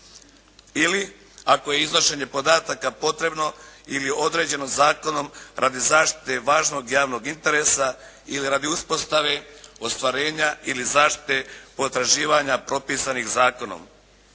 Ili ako je iznošenje podataka potrebno ili određeno zakonom radi zaštite važnog javnog interesa ili radi uspostave ostvarenja ili zaštite potraživanja propisanih zakonom."